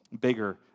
bigger